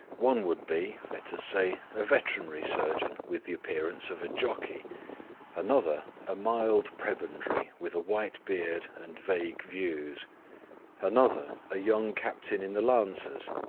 one would be, let us say, a veterinary surgeon with the appearance of a jockey another, a mild prebendary with a white beard and vague views another, a young captain in the lancers,